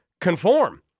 conform